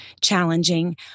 challenging